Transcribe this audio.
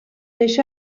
això